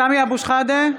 (קוראת בשמות חברי הכנסת) סמי אבו שחאדה,